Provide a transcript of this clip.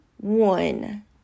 one